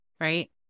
right